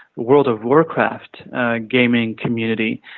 world of warcraft gaming community,